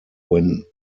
when